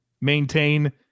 maintain